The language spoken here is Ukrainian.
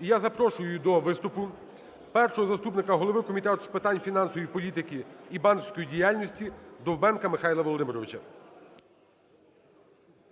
І я запрошую до виступу першого заступника голови Комітету з питань фінансової політики і банківської діяльності Довбенка Михайла Володимировича.